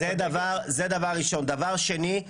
דבר שני,